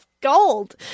gold